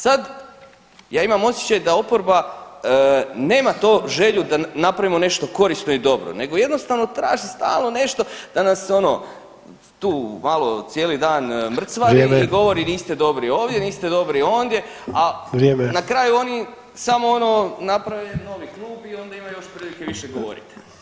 Sad ja imam osjećaj da oporba nema to želju da napravimo nešto korisno i dobro, nego jednostavno traži stalno nešto da nas ono tu malo cijeli dan mrcvari i govori niste dobri ovdje, niste dobri ondje [[Upadica Sanader: Vrijeme.]] A na kraju oni samo ono naprave novi klub i onda imaju prilike još više govoriti.